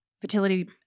fertility